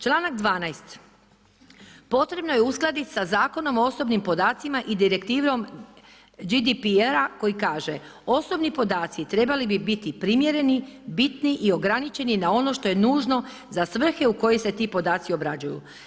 Članak 12. potrebno je uskladiti sa zakonom o osobnim podacima i direktivom GDP koji kaže osobni podaci trebali bi biti primjereni, bitni i ograničeni, na ono što je nužno za svrhe u koji se ti podaci ugrađuju.